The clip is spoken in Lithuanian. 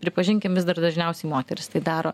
pripažinkim vis dar dažniausiai moterys tai daro